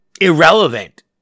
irrelevant